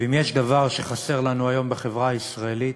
ואם יש דבר שחסר לנו היום בחברה הישראלית,